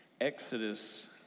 Exodus